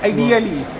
Ideally